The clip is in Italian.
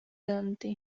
dante